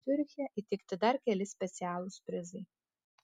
ciuriche įteikti dar keli specialūs prizai